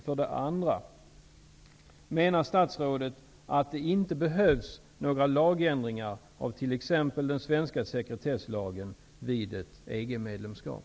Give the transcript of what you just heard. För det andra: Menar statsrådet att det inte behövs några lagändringar av t.ex. den svenska sekretesslagen, vid ett EG-medlemskap?